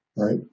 Right